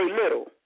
little